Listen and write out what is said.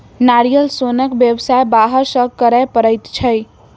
नारियल सोनक व्यवसाय बाहर सॅ करय पड़ैत छै